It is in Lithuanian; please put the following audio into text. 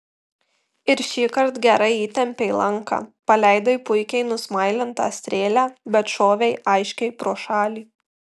ir šįkart gerai įtempei lanką paleidai puikiai nusmailintą strėlę bet šovei aiškiai pro šalį